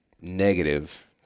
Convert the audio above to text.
negative